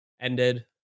ended